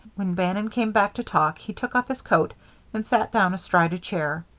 when bannon came back to talk, he took off his coat and sat down astride a chair.